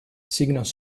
signos